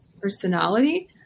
personality